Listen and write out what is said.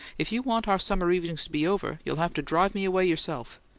if you want our summer evenings to be over you'll have to drive me away yourself.